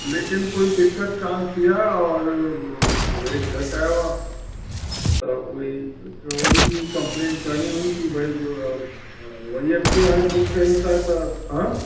लेकिन कोई दिक़त कोन थी आहे और वेट घटि आयो आहे त उहो ई उन जी कंप्लेन करिणी हुई की भई व वरी अॻिते हाणे बुक कयूं था त हा